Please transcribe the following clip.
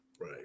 Right